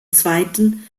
zweiten